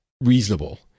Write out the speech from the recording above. reasonable